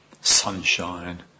sunshine